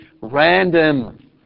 random